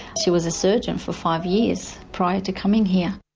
she was a surgeon for five years prior to coming here.